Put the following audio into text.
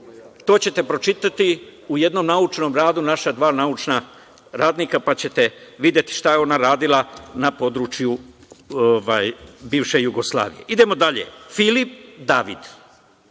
To ćete pročitati u jednom naučnom radu naša dva naučna radnika, pa ćete videti šta je ona radila na području bivše Jugoslavije. Idemo dalje, Filip David,